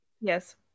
Yes